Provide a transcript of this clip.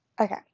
Okay